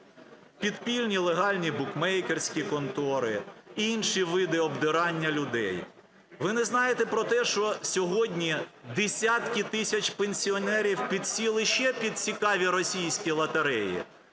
підпільні легальні букмекерські контори, інші види обдирання людей, ви не знаєте про те, що сьогодні десятки тисяч пенсіонерів підсіли ще під цікаві російські лотереї,